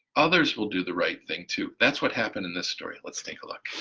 others will do the right thing too. that's what happened in this story, let's take a look.